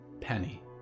Penny